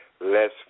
less